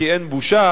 כי אין בושה,